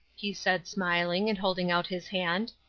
he said smiling and holding out his hand!